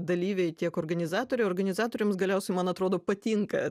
dalyviai tiek organizatoriai organizatoriams galiausiai man atrodo patinka